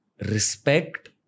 respect